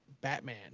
Batman